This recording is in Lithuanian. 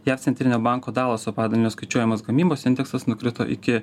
jav centrinio banko dalaso padalinio skaičiuojamas gamybos indeksas nukrito iki